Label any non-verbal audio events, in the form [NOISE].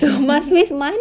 [NOISE]